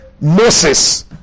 Moses